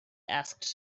asked